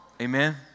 Amen